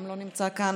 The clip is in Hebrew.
גם לא נמצא כאן,